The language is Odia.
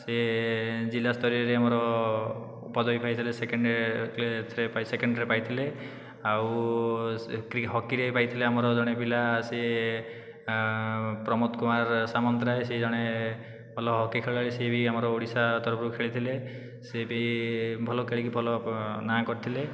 ସେ ଜିଲ୍ଲାସ୍ତରୀୟରେ ଆମର ପଦବି ପାଇଥିଲେ ସେକେଣ୍ଡ ହୋଇଥିଲେ ଏଥିରେ ସେକେଣ୍ଡରେ ପାଇଥିଲେ ଆଉ ସେଠି ହକିରେ ପାଇଥିଲେ ଆମର ଜଣେ ପିଲା ସିଏ ପ୍ରମୋଦ କୁମାର ସାମନ୍ତରାୟ ସେ ଜଣେ ଭଲ ହକି ଖେଳାଳି ସେ ବି ଆମର ଓଡ଼ିଶା ତରଫରୁ ଖେଳିଥିଲେ ସେ ବି ଭଲ ଖେଳିକି ଭଲ ନା କରିଥିଲେ